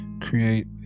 create